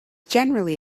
generally